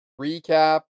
recap